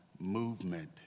movement